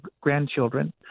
grandchildren